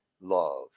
love